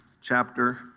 chapter